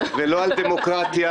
לא על דמוקרטיה,